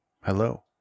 hello